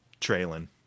trailing